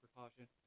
precaution